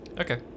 okay